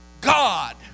God